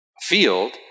field